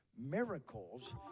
miracles